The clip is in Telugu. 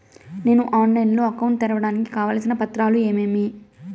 నేను ఆన్లైన్ లో అకౌంట్ తెరవడానికి కావాల్సిన పత్రాలు ఏమేమి?